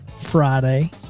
Friday